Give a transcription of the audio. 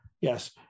yes